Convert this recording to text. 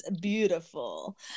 Beautiful